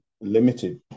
limited